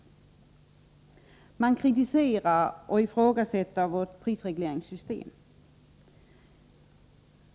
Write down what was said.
Man kritiserar och ifrågasätter vårt prisregleringssystem.